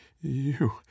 you—